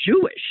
Jewish